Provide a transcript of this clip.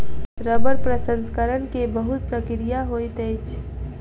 रबड़ प्रसंस्करण के बहुत प्रक्रिया होइत अछि